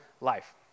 life